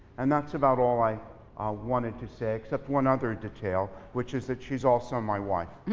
and that's about all i wanted to say except one other detail, which is that she's also my wife.